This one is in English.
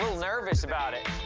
nervous about it.